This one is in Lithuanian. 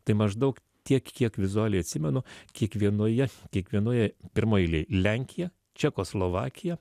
tai maždaug tiek kiek vizualiai atsimenu kiekvienoje kiekvienoje pirmoj eilėj lenkija čekoslovakija